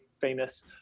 famous